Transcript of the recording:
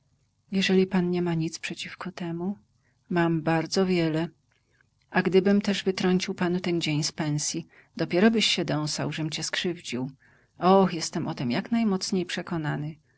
jeżeli pan niema nic przeciwko temu mam bardzo wiele a gdybym też wytrącił panu ten dzień z pensji dopierobyś się dąsał żem cię skrzywdził oh jestem o tem jak najmocniej przekonany